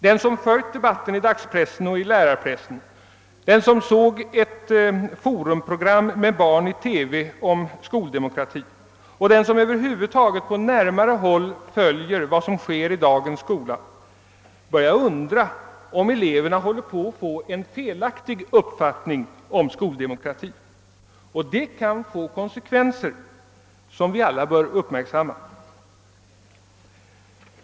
Den som följt debatten i dagspressen och i lärarpressen, den som såg ett Forumprogram med barn i TV om skoldemokrati och den som över huvud taget på närmare håll följer vad som sker i dagens skola börjar undra om eleverna håller på att få en felaktig uppfattning om skoldemokrati. Detta kan få konsekvenser som vi alla bör uppmärksamma.